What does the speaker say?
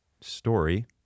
story